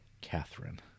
Catherine